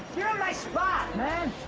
you're in my spot, man.